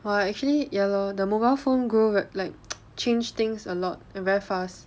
!wah! actually ya lor the mobile phone grow like change things a lot and very fast